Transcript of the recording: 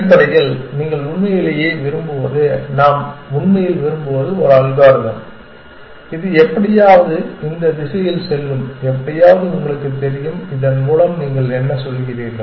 அடிப்படையில் நீங்கள் உண்மையிலேயே விரும்புவது நாம் உண்மையில் விரும்புவது ஒரு அல்காரிதம் இது எப்படியாவது இந்த திசையில் செல்லும் எப்படியாவது உங்களுக்குத் தெரியும் இதன் மூலம் நீங்கள் என்ன சொல்கிறீர்கள்